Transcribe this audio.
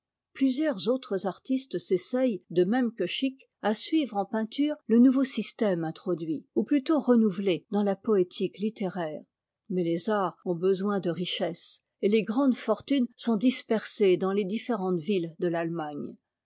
plusieurs autres artistes s'essayent de même que schick à suivre en peinture te nouveau système introduit ou plutôt renouvelé dans la poétique littéraire mais les arts ont besoin de richesses et les grandes fortunes sont dispersées dans les différentes villes de l'allemagne